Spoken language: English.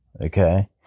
okay